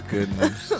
Goodness